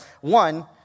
One